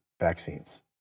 vaccines